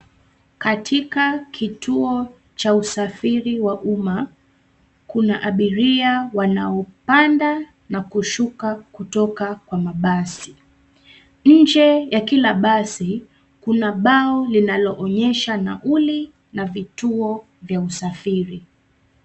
Katika kituo cha usafiri wa umma kuna abiria wanaopanda na kushuka kutoka kwa mabasi. Nje ya kila basi kuna bao linaloonyesha nauli na vituo vya usafiri.